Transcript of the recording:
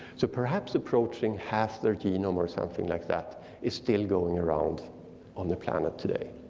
so perhaps approaching half their genome or something like that is still going around on the planet today.